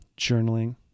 journaling